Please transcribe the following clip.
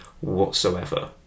whatsoever